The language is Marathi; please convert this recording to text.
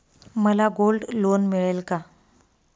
मला गोल्ड लोन मिळेल का?